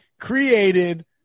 created